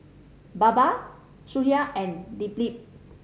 Baba Sudhir and Dilip